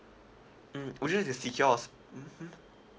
mm would you just secures mmhmm